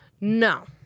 No